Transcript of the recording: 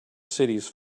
cities